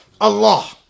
Allah